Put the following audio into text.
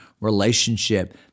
relationship